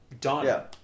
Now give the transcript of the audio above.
Done